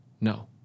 No